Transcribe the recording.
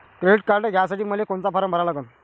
Credit card घ्यासाठी मले कोनचा फारम भरा लागन?